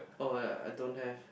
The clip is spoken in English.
oh yea I don't have